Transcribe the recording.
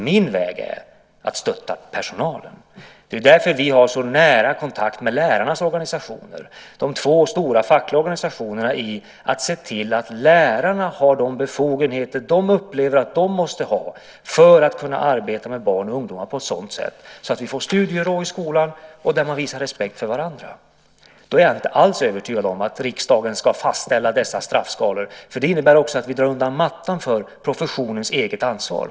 Min väg är att stötta personalen. Det är därför som vi har så nära kontakter med lärarnas organisationer, de två stora fackliga organisationerna, när det gäller att se till att lärarna har de befogenheter som de upplever att de måste ha för att kunna arbeta med barn och ungdomar på ett sådant sätt att man får studiero i skolan och att man visar respekt för varandra. Då är jag inte alls övertygad om att riksdagen ska fastställa dessa straffskalor. Det innebär också att vi drar undan mattan för professionens eget ansvar.